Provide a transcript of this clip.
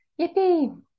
Yippee